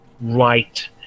right